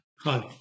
Hi